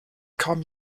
kamen